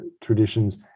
traditions